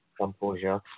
composure